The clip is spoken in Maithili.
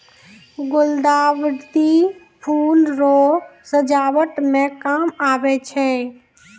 गुलदाउदी फूल रो सजावट मे काम आबै छै